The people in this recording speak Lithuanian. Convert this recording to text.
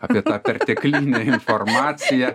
apie tą perteklinę informaciją